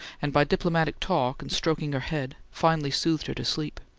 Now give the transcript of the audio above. and by diplomatic talk and stroking her head, finally soothed her to sleep.